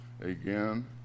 Again